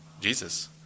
Jesus